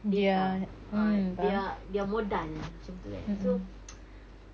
data err their their modal macam tu kan so